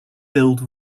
build